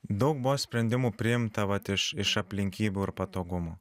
daug buvo sprendimų priimta vat iš iš aplinkybių ir patogumo